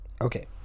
Okay